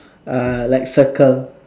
uh like circle